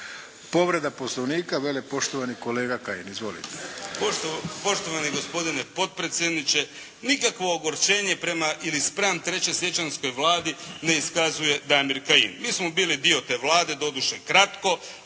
Povreda Poslovnika velepoštovani kolega Kajin. Izvolite! **Kajin, Damir (IDS)** Poštovani gospodine potpredsjedniče! Nikakvo ogorčenje prema ili spram Trećesiječanjskoj Vladi ne iskazuje Damir Kajin. Mi smo bili dio te Vlade, doduše kratko.